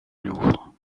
louvre